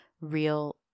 real